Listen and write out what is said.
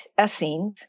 Essenes